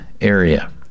area